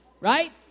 Right